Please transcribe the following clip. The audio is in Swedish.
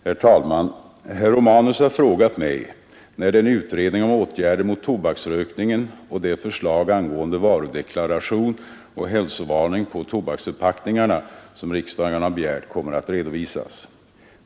Herr talman! Herr Romanus har frågat mig när den utredning om åtgärder mot tobaksrökningen och det förslag angående varudeklaration och hälsovarning på tobaksförpackningarna, som riksdagen har begärt, kommer att redovisas.